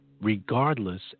regardless